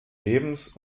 lebens